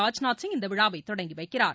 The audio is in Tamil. ராஜ்நாத் சிங் இந்த விழாவை தொடங்கி வைக்கிறார்